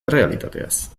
errealitateaz